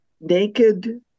naked